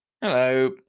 Hello